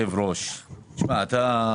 מה דנים בוועדה הזאת על דבר כזה כששם יש כאלה בעיות?